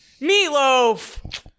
Meatloaf